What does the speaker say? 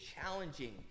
challenging